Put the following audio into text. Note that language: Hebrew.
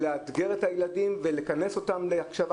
לאתגר את הילדים ולכנס אותם להקשבה.